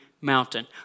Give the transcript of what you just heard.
mountain